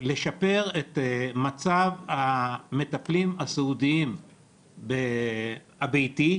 לשפר את מצב המטפלים הסיעודיים הביתיים,